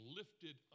lifted